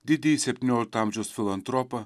didįjį septyniolikto amžiaus filantropą